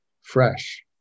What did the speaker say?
fresh